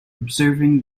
observing